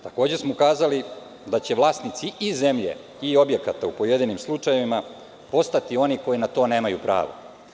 Takođe smo ukazali da će vlasnici i zemlje i objekata u pojedinim slučajevima postati oni koji na to nemaju pravo.